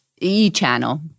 e-channel